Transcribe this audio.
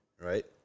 Right